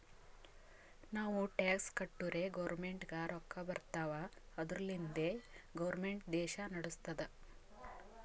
ನಾವು ಟ್ಯಾಕ್ಸ್ ಕಟ್ಟುರೇ ಗೌರ್ಮೆಂಟ್ಗ ರೊಕ್ಕಾ ಬರ್ತಾವ್ ಅದುರ್ಲಿಂದೆ ಗೌರ್ಮೆಂಟ್ ದೇಶಾ ನಡುಸ್ತುದ್